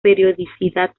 periodicidad